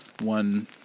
One